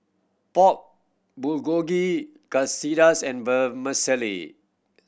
Pork Bulgogi Quesadillas and Vermicelli